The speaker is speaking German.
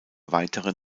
weitere